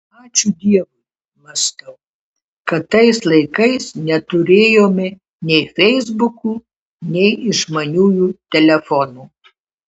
ačiū dievui mąstau kad tais laikais neturėjome nei feisbukų nei išmaniųjų telefonų